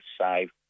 save